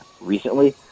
recently